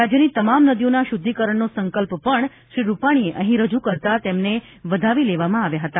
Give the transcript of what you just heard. રાજ્યની તમામ નદીઓના શુદ્ધિકરણનો સંકલ્પ પણ શ્રી રૂપાણીએ અહીં રજૂ કરતા તેમને વધાવી લેવામાં આવ્યા હતા